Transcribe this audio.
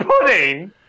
pudding